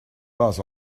pas